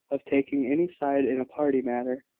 of taking any side in a party matter.